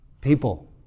people